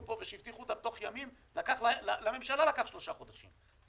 פה ושהבטיחו אותם תוך ימים לקח לממשלה שלושה חודשים.